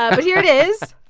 ah but here it is